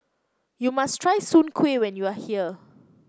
you must try Soon Kway when you are here